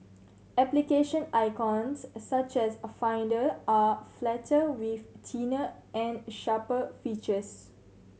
application icons such as Finder are flatter with thinner and sharper features